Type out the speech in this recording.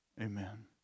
Amen